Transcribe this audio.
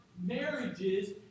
marriages